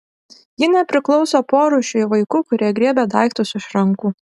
ji nepriklauso porūšiui vaikų kurie griebia daiktus iš rankų